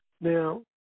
Now